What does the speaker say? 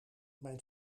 mijn